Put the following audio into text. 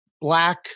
black